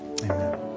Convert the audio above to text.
amen